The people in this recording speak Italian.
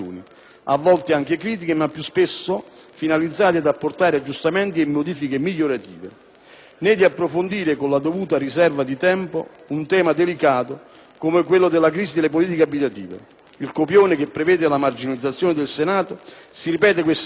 né di approfondire con la dovuta riserva di tempo un tema delicato come quello della crisi delle politiche abitative. Il copione che prevede la marginalizzazione del Senato si ripete questa settimana con il decreto per l'emergenza rifiuti in Campania, che già ci arriva blindato.